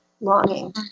longing